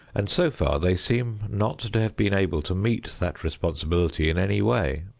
and so far they seem not to have been able to meet that responsibility in any way.